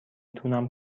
تونم